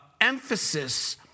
emphasis